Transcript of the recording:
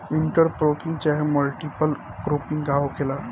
Inter cropping चाहे multiple cropping का होखेला?